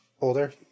Older